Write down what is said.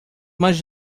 mais